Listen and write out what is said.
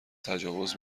تجاوز